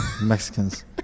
Mexicans